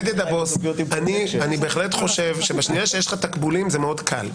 אני חושב שבשנייה שיש לך תקבולים זה מאוד קל.